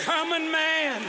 common man